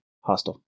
hostile